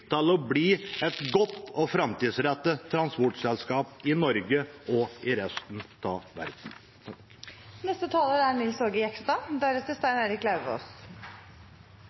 til å bli et godt og framtidsrettet transportselskap i Norge og i resten av verden.